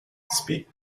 speak